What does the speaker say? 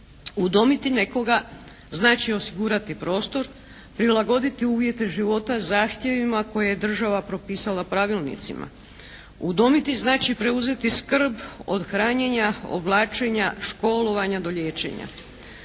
Udomiti nekoga znači osigurati prostor, prilagoditi uvjete života zahtjevima koje je država propisala pravilnicima. Udomiti znači preuzeti skrb od hranjenja, oblačenja, školovanja do liječenja.